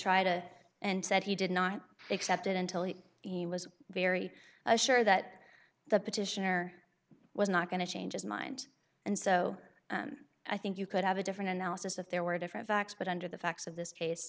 try to and said he did not accept it until he was very sure that the petitioner was not going to change his mind and so i think you could have a different analysis if there were different facts but under the facts of this case